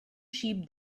sheep